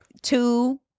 Two